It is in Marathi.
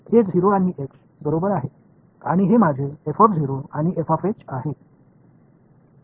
हे 0 आणि एच बरोबर आहे आणि हे माझे आणि आहे